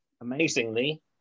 Amazingly